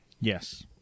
Yes